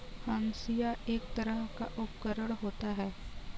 हंसिआ एक तरह का उपकरण होता है